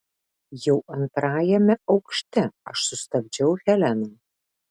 jau antrajame aukšte aš sustabdžiau heleną